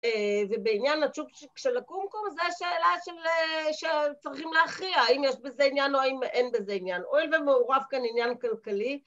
‫ובעניין הצ'ופצ'יק של הקומקום, ‫זו שאלה שצריכים להכריע, ‫האם יש בזה עניין ‫או האם אין בזה עניין, ‫או אם זה מעורב כאן עניין כלכלי.